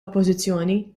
oppożizzjoni